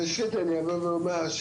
אני אבוא ואומר,